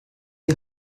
die